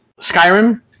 Skyrim